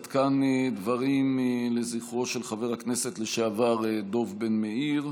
עד כאן דברים לזכרו של חבר הכנסת לשעבר דב בן-מאיר.